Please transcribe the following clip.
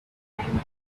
time